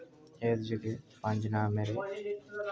एह् जेह्के पंज नांऽ मेरे